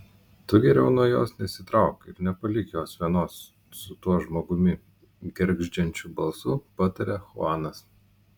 tu geriau nuo jos nesitrauk nepalik jos vienos su tuo žmogumi gergždžiančiu balsu pataria chuanas